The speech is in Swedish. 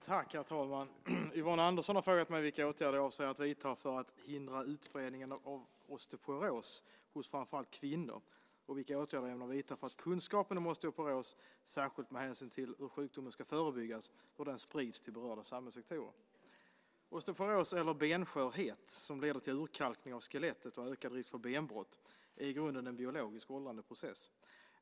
Herr talman! Yvonne Andersson har frågat mig vilka åtgärder jag avser att vidta för att hindra utbredningen av osteoporos hos framför allt kvinnor och vilka åtgärder jag ämnar vidta för att kunskapen om osteoporos, särskilt med hänsyn till hur sjukdomen ska förebyggas, ska spridas till berörda samhällssektorer. Osteoporos, eller benskörhet, som leder till urkalkning av skelettet och ökad risk för benbrott är i grunden en biologisk åldrandeprocess.